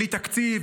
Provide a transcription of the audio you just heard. בלי תקציב,